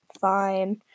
Fine